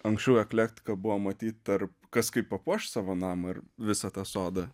anksčiau eklektika buvo matyt tarp kas kaip papuoš savo namą ir visą tą sodą